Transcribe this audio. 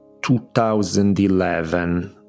2011